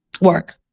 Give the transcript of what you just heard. work